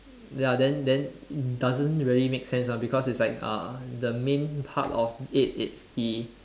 ya then then doesn't really make sense ah because it's like uh the main part of it it's the